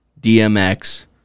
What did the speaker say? DMX